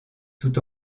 tout